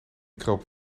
kroop